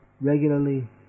regularly